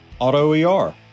AutoER